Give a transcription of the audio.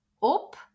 Op